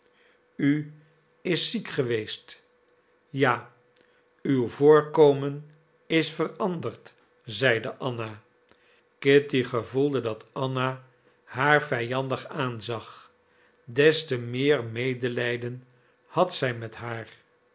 u is ziek geweest ja uw voorkomen is veranderd zeide anna kitty gevoelde dat anna haar vijandig aanzag des te meer medelijden had zij met haar